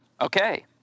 Okay